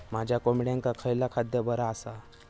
माझ्या कोंबड्यांका खयला खाद्य बरा आसा?